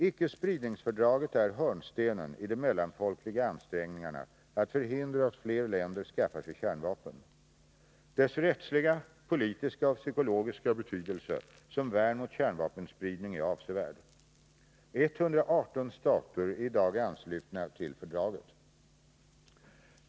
Icke-spridningsfördraget är hörnstenen i de mellanfolkliga ansträngningarna att förhindra att fler länder skaffar sig kärnvapen. Dess rättsliga, politiska och psykologiska betydelse som värn mot kärnvapenspridning är avsevärd. 118 stater är i dag anslutna till fördraget.